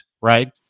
right